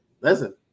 Listen